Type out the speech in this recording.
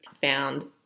found